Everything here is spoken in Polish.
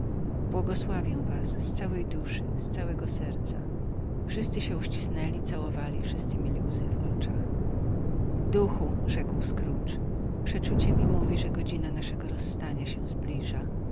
błogosławię was z całej duszy z całego serca wszyscy się uścisnęli całowali wszyscy mieli łzy w oczach duchu rzekł scrooge przeczucie mi mówi że godzina naszego rozstania się zbliża